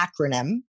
acronym